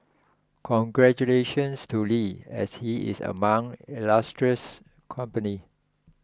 congratulations to Lee as he is among illustrious company